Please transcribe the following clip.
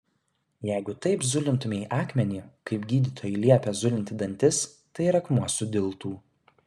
jeigu taip zulintumei akmenį kaip gydytojai liepia zulinti dantis tai ir akmuo sudiltų